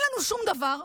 אין לנו שום דבר.